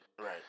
Right